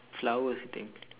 flowers I think